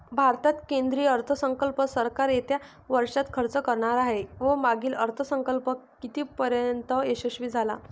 भारतात केंद्रीय अर्थसंकल्प सरकार येत्या वर्षात खर्च करणार आहे व मागील अर्थसंकल्प कितीपर्तयंत यशस्वी झाला